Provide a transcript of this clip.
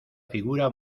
figura